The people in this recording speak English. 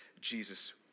Jesus